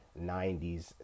90s